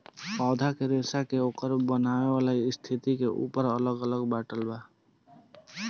पौधा के रेसा के ओकर बनेवाला स्थिति के ऊपर अलग अलग बाटल बा